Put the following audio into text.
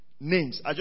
Names